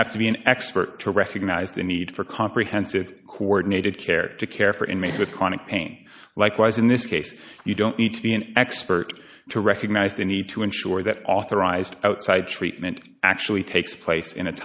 have to be an expert to recognize the need for comprehensive coordinated care to care for inmates with chronic pain likewise in this case you don't need to be an expert to recognize the need to ensure that authorised outside treatment actually takes place in a